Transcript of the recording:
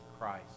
Christ